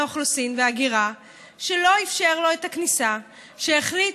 שאפשר לעכב אנשים ואפשר להכניס אותם למעצר ברגע שהם מגיעים למדינת